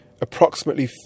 approximately